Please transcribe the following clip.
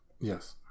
Yes